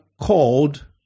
called